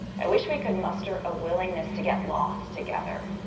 i wish we could muster a willingness to get lost together,